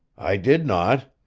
i did not.